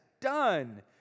done